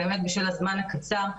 באמת בשל הזמן הקצר,